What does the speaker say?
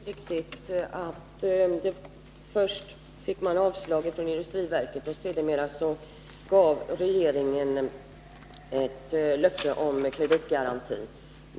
Herr talman! Det är riktigt att man först fick avslag från industriverket. Sedermera gav regeringen ett löfte om kreditgaranti.